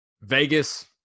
Vegas